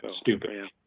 stupid